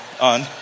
on